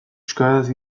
euskaraz